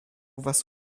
was